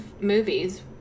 movies